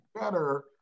better